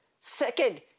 Second